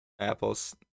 apples